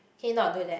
can you not do that